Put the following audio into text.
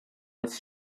its